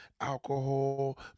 alcohol